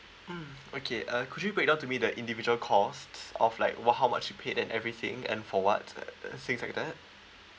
mm okay uh could you breakdown to me the individual cost of like what how much you paid and everything and for what uh things like that